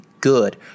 good